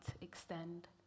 extend